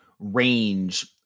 range